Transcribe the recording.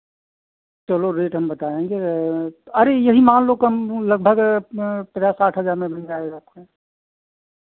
चलो रेट हम बताएँगे अरे यही मान लो कम लगभग पचास साठ हज़ार में बन जाएगा आपका